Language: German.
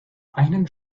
einen